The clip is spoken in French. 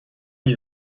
lui